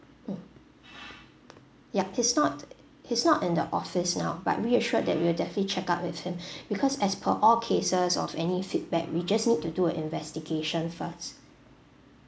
mm ya he's not he's not in the office now but reassured that we'll definitely check up with him because as per all cases of any feedback we just need to do an investigation first